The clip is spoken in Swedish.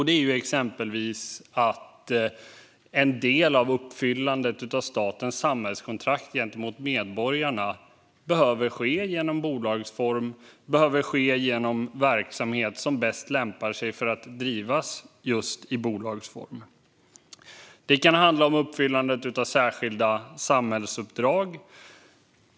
Det är exempelvis att en del av uppfyllandet av statens samhällskontrakt gentemot medborgarna behöver ske i bolagsform och genom verksamhet som bäst lämpar sig för att drivas just i bolagsform. Det kan handla om uppfyllandet av särskilda samhällsuppdrag.